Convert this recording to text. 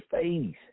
face